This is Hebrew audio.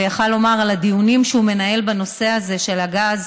הוא יכול לומר על הדיונים שהוא מנהל בנושא הזה של הגז,